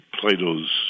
Plato's